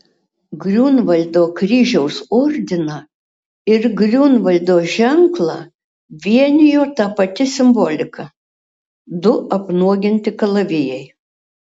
griunvaldo kryžiaus ordiną ir griunvaldo ženklą vienijo ta pati simbolika du apnuoginti kalavijai